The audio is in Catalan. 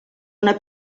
una